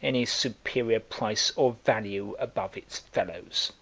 any superior price or value above its fellows.